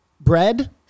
bread